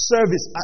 Service